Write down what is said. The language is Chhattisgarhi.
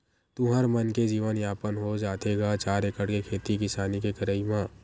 तुँहर मन के जीवन यापन हो जाथे गा चार एकड़ के खेती किसानी के करई म?